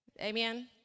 Amen